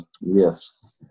yes